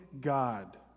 God